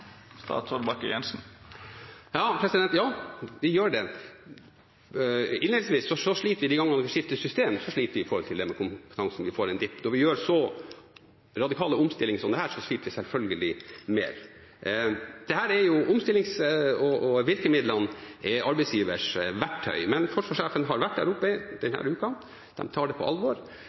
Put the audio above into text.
Ja, vi gjør det. Når vi skifter system, sliter vi når det gjelder kompetanse, og vi får en dipp. Når vi gjør så radikale omstillinger som dette, sliter vi selvfølgelig mer. Dette er en omstilling, og virkemidlene er arbeidsgiverens verktøy. Men forsvarssjefen har vært der oppe denne uken. De tar det på alvor.